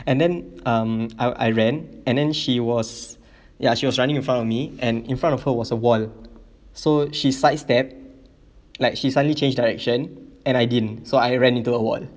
and then um I I ran and then she was ya she was running in front of me and in front of her was a wall so she sidestep like she suddenly changed direction and I didn't so I ran into a wall